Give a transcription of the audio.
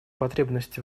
потребность